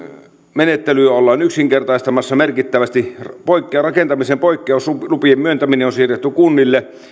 menettelyä ollaan yksinkertaistamassa merkittävästi rakentamisen poikkeuslupien myöntäminen on siirretty kunnille